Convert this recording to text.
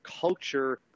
culture